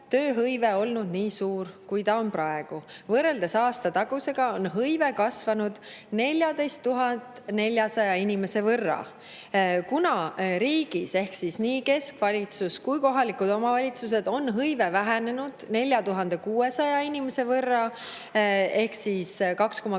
tööhõive olnud nii suur, kui see on praegu. Võrreldes aastatagusega on hõive kasvanud 14 400 inimese võrra. Kuna riigis ehk nii keskvalitsuses kui ka kohalikes omavalitsustes on hõive vähenenud 4600 inimese võrra ehk 2,8%,